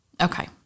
Okay